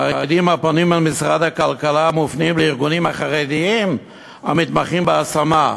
חרדים הפונים למשרד הכלכלה מופנים לארגונים החרדיים המתמחים בהשמה.